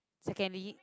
secondly